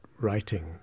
writing